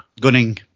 Gunning